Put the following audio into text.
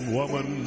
woman